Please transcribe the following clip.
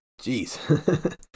Jeez